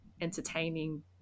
entertaining